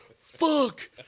Fuck